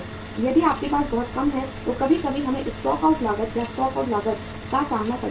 यदि आपके पास बहुत कम है तो कभी कभी हमें स्टॉक आउट लागत और स्टॉक आउट लागत का सामना करना पड़ता है